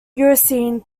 eocene